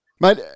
mate